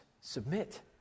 submit